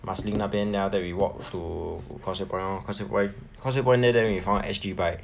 marsiling 那边 then after that we walk to causeway point lor causeway point causeway point there then we found S_G bike